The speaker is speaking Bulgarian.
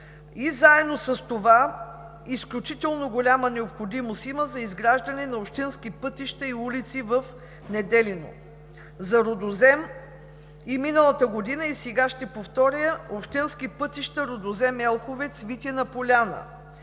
Заедно с това, изключително голяма необходимост има за изграждане на общински пътища и улици в Неделино. За Рудозем – и миналата година, и сега ще повторя – общински пътища Рудозем, Елховец, Витина, Поляна.